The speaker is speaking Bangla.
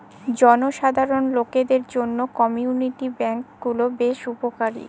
জনসাধারণ লোকদের জন্য কমিউনিটি ব্যাঙ্ক গুলো বেশ উপকারী